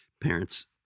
parents